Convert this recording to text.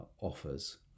offers